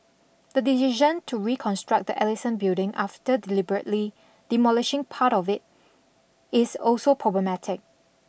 the decision to reconstruct the Ellison building after deliberately demolishing part of it is also problematic